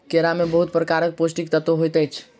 केरा में बहुत प्रकारक पौष्टिक तत्व होइत अछि